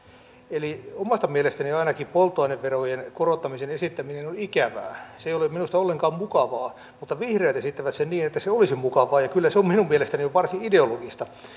eli omasta mielestäni ainakin polttoaineverojen korottamisen esittäminen on ikävää se ei ole minusta ollenkaan mukavaa mutta vihreät esittävät sen niin että se olisi mukavaa ja kyllä se on minun mielestäni jo varsin ideologista